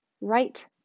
right